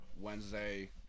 Wednesday